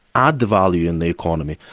add the value in the economy.